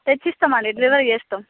తెచ్చిస్తామండి delivery చేస్తాము